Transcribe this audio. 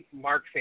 Mark